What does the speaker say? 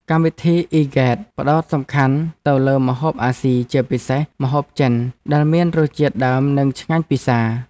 កម្មវិធីអ៊ីហ្គេត ផ្ដោតសំខាន់ទៅលើម្ហូបអាស៊ីជាពិសេសម្ហូបចិនដែលមានរសជាតិដើមនិងឆ្ងាញ់ពិសា។